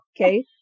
Okay